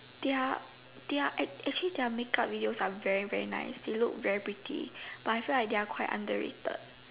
their their actually their make up videos are very very nice they look very pretty but I feel like they are quite underrated